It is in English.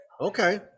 Okay